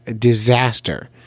disaster